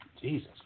Jesus